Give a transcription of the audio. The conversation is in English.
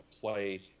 play